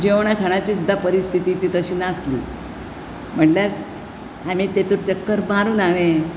जेवणा खाणाची सुद्दां परिस्थिति ती तशी नासली म्हटल्यार आमी तेतूंत ते कर बांदून हांवें